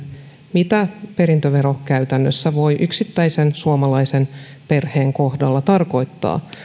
mitä perintövero käytännössä voi yksittäisen suomalaisen perheen kohdalla tarkoittaa